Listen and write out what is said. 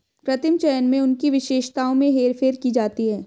कृत्रिम चयन में उनकी विशेषताओं में हेरफेर की जाती है